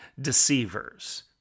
deceivers